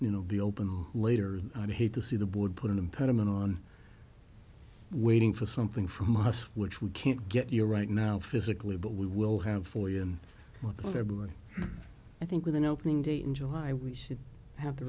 you know the open later i hate to see the board put an impediment on waiting for something from us which we can't get you right now physically but we will have for you and with everybody i think with an opening day in july we should have the